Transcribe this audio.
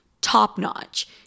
top-notch